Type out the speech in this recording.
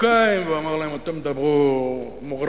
המרוקנים והוא אמר להם: אתם תדברו מוגרבית.